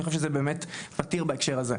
אני חושב שזה באמת מתיר בהקשר הזה.